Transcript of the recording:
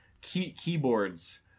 Keyboards